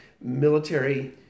military